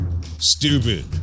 Stupid